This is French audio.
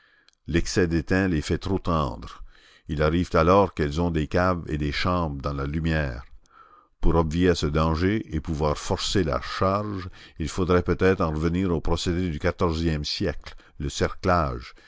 l'excès d'étain les fait trop tendres il arrive alors qu'elles ont des caves et des chambres dans la lumière pour obvier à ce danger et pouvoir forcer la charge il faudrait peut-être en revenir au procédé du quatorzième siècle le cerclage